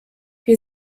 wir